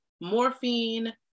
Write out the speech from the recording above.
Morphine